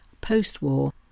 post-war